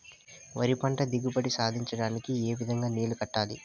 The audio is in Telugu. వరి పంట దిగుబడి సాధించడానికి, ఏ విధంగా నీళ్లు కట్టాలి?